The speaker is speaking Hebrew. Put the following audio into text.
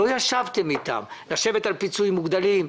לא ישבתם איתם לדון על פיצויים מוגדלים.